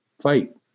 fight